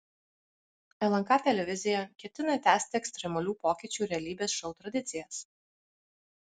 lnk televizija ketina tęsti ekstremalių pokyčių realybės šou tradicijas